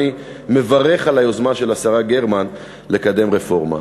אני מברך על היוזמה של השרה גרמן לקדם רפורמה.